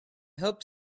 hope